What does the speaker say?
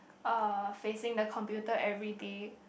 uh facing the computer everyday